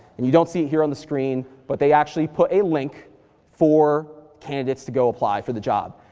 and you don't see it here on the screen, but they actually put a link for candidates to go apply for the job,